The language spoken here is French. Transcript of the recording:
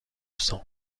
sang